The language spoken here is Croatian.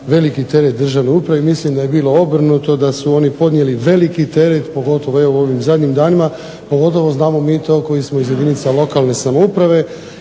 veliki teret državne uprave i mislim da je bilo obrnuto, da su oni podnijeli veliki teret, pogotovo evo u ovim zadnjim danima, pogotovo znamo mi to koji smo iz jedinica lokalne samouprave.